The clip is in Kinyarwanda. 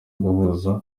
guhuza